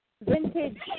vintage